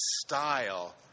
style